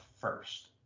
first